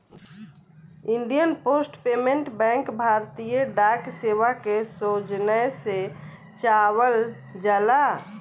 Indian post payment bank भारतीय डाक सेवा के सौजन्य से चलावल जाला